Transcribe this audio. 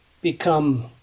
become